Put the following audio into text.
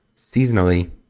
seasonally